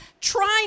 trying